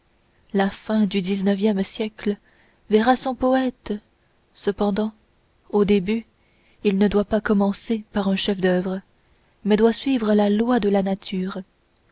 la fin du dix-neuvième siècle verra son poëte cependant au début il ne doit pas commencer par un chef-d'oeuvre mais suivre la loi de la nature